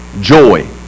Joy